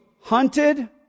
hunted